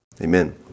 Amen